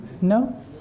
No